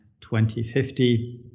2050